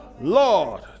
Lord